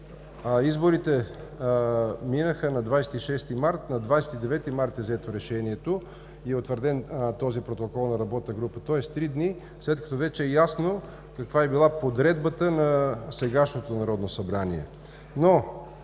изборите минаха на 26 март, на 29 март е взето решението и е утвърден този протокол на работната група, тоест три дни след като вече е ясно каква е била подредбата на сегашното Народно събрание.